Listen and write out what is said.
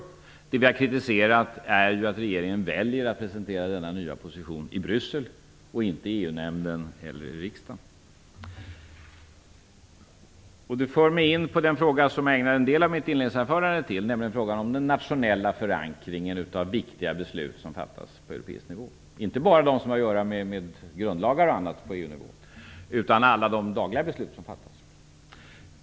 Det som vi har kritiserat är ju att regeringen väljer att presentera denna nya position i Bryssel, inte i EU-nämnden eller i riksdagen. Det för mig in på den fråga som jag ägnade en del av mitt inledningsanförande åt, nämligen den nationella förankringen av viktiga beslut som fattas på europeisk nivå, inte bara de som har att göra med grundlagar och annat på EU-nivå utan alla de dagliga beslut som fattas.